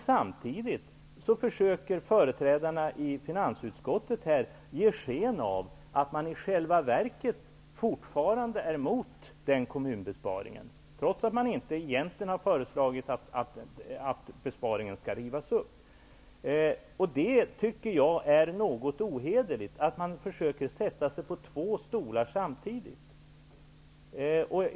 Samtidigt försöker företrädarna i finansutskottet att ge sken av att man i själva verket fortfarande är emot kommunbesparingen, trots att man inte egentligen har föreslagit att det beslutet skall rivas upp. Det är något ohederligt, tycker jag. Man försöker sätta sig på två stolar samtidigt.